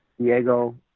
Diego